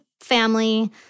family